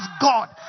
God